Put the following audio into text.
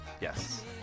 Yes